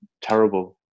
terrible